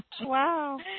Wow